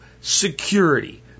security